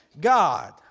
God